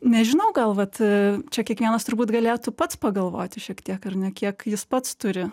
nežinau gal vat čia kiekvienas turbūt galėtų pats pagalvoti šiek tiek ar ne kiek jis pats turi